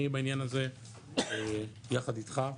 אני בעניין הזה יחד איתך,